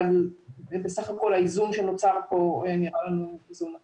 אבל בסך הכול האיזון שנוצר פה נראה לנו איזון נכון.